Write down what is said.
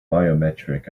biometric